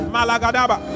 Malagadaba